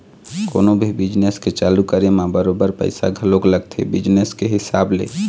कोनो भी बिजनेस के चालू करे म बरोबर पइसा घलोक लगथे बिजनेस के हिसाब ले